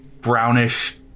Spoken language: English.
brownish